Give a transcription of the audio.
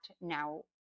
now